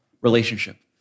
relationship